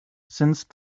since